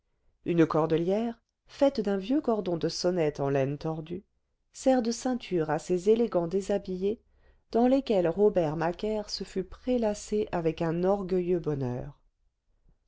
une cordelière faite d'un vieux cordon de sonnette en laine tordue sert de ceinture à ces élégants déshabillés dans lesquels robert macaire se fût prélassé avec un orgueilleux bonheur